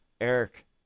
Eric